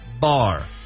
bar